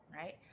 right